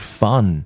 fun